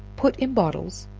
put in bottles,